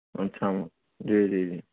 اچھا جی جی جی